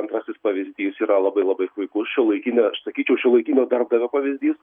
antrasis pavyzdys yra labai labai puikus šiuolaikinio aš sakyčiau šiuolaikinio darbdavio pavyzdys